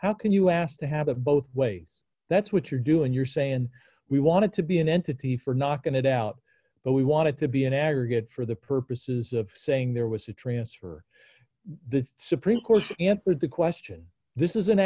how can you ask to have a both ways that's what you're doing you're saying we wanted to be an entity for not going to doubt but we wanted to be in aggregate for the purposes of saying there was a transfer the supreme court answered the question this is an